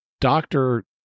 doctor